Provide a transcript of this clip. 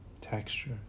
textures